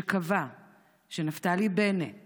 שקבע שנפתלי בנט